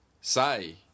say